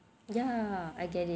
ya I get it